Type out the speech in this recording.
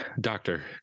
Doctor